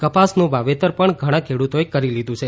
કપાસનું વાવેતર પણ ઘણા ખેડૂતોએ કરી લીધું છે